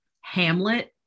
hamlet